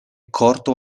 corto